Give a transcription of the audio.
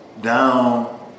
down